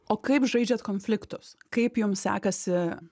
o kaip žaidžiat konfliktus kaip jums sekasi